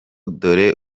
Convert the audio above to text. dore